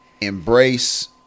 embrace